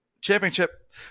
Championship